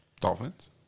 Dolphins